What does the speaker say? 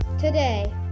Today